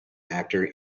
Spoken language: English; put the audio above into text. actor